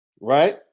right